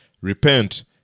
repent